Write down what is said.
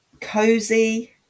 cozy